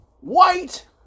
white